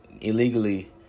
illegally